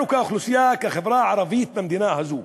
אנחנו, החברה הערבית במדינה הזו,